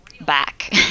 back